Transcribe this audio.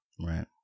right